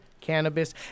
cannabis